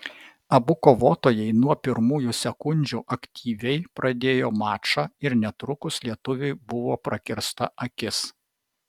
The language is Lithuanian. abu kovotojai nuo pirmųjų sekundžių aktyviai pradėjo mačą ir netrukus lietuviui buvo prakirsta akis